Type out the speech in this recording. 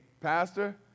pastor